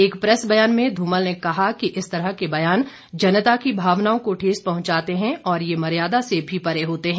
एक प्रेस ब्यान में धूमल ने कहा कि इस तरह के ब्यान जनता की भावनाओं को ठेस पहुंचाते हैं और ये मर्यादा से भी परे होते हैं